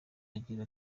agira